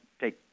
take